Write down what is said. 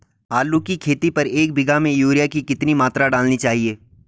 आलू की खेती पर एक बीघा में यूरिया की कितनी मात्रा डालनी चाहिए?